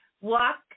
walk